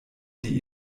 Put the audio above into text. die